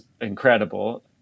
incredible